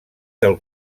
del